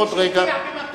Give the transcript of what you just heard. עוד רגע,